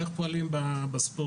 איך פועלים בספורט.